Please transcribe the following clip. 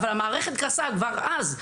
אבל המערכת קרסה כבר אז.